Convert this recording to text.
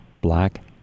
Black